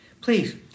Please